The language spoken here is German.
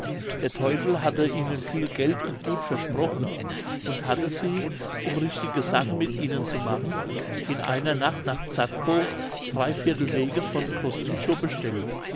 der teufel hatte ihnen viel geld und gut versprochen und hatte sie um richtige sache mit ihnen zu machen in einer nacht nach zadkow drei viertel weges von groß tychow bestellt